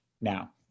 now